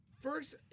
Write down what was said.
First